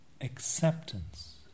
acceptance